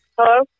Hello